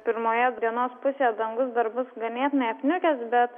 pirmoje dienos pusėje dangus dar bus ganėtinai apniukęs bet